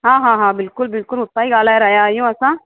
हा हा हा बिल्कुल बिल्कुल उता ई ॻाल्हाइ रहियां आहियूं असां